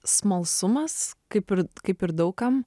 smalsumas kaip ir kaip ir daug kam